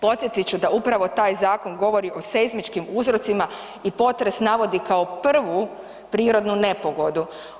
Podsjetit ću da upravo taj zakon govori o seizmičkim uzrocima i potres navodi kao prvu prirodnu nepogodu.